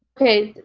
okay,